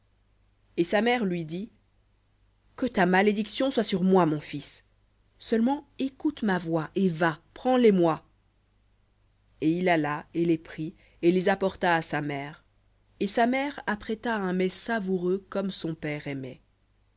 et sa mère lui dit que ta malédiction soit sur moi mon fils seulement écoute ma voix et va prends les moi et il alla et les prit et les apporta à sa mère et sa mère apprêta un mets savoureux comme son père aimait